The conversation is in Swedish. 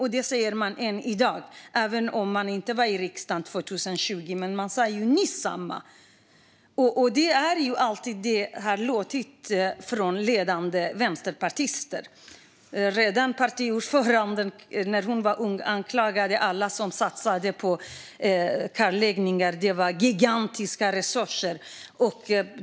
Hon var visserligen inte i riksdagen 2020 men framförde samma sak nyss i talarstolen. Så här låter det alltid från ledande vänsterpartister. När partiordföranden var ung anklagade hon alla som satsade på kartläggningar och sa att det handlade om gigantiska resurser.